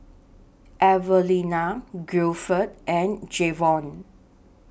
Evelena Gilford and Jayvon